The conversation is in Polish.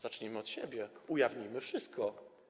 Zacznijmy od siebie, ujawnijmy wszystko.